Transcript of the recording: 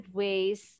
ways